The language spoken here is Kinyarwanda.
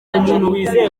bimeze